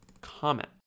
comment